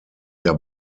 der